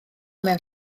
mewn